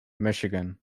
michigan